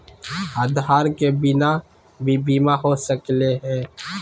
आधार के बिना भी बीमा हो सकले है?